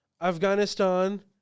Afghanistan